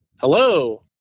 Hello